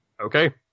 Okay